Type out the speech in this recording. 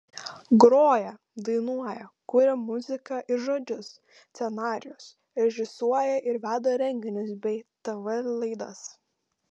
groja dainuoja kuria muziką ir žodžius scenarijus režisuoja ir veda renginius bei tv laidas